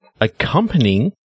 Accompanying